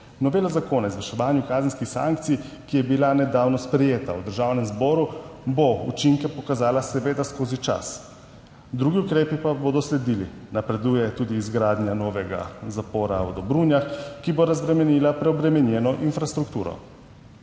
Novela Zakona o izvrševanju kazenskih sankcij, ki je bila nedavno sprejeta v Državnem zboru, bo učinke pokazala seveda skozi čas, drugi ukrepi pa bodo sledili. Napreduje tudi izgradnja novega zapora v Dobrunjah, ki bo razbremenila preobremenjeno infrastrukturo.